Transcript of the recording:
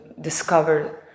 discover